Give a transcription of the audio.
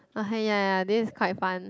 (uh huh) ya ya ya then it's quite fun